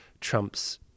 trump's